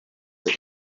that